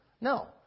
No